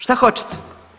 Šta hoćete?